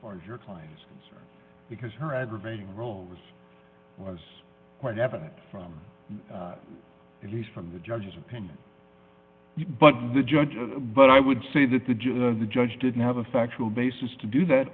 far as your client was because her aggravating role this was quite evident from at least from the judge's opinion but the judge but i would say that the judge the judge didn't have a factual basis to do that